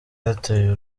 yateye